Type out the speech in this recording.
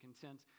content